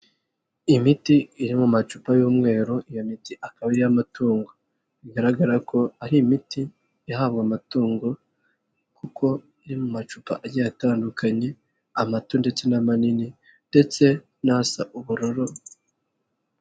Imiti iri mu macupa y'umweru, iyo miti akaba ari iy'amatungo bigaragara ko ari imiti ihabwa amatungo kuko iri mu macupa agiye atandukanye, amato ndetse n' manini ndetse n'asa ubururu.